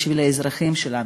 בשביל האזרחים שלנו,